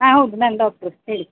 ಹಾಂ ಹೌದು ನಾನು ಡಾಕ್ಟ್ರು ಹೇಳಿ